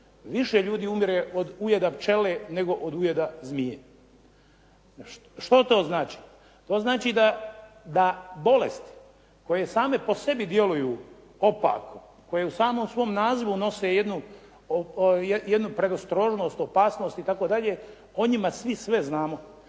više ljudi umire od ujeda pčele nego od ujeda zmije. Što to znači? To znači da bolesti koje same po sebi djeluju opako, koje u samom svom nazivu nose jednu predostrožnost, opasnost itd. a o tihom